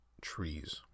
trees